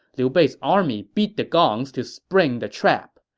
liu bei's army beat the gongs to spring the trap.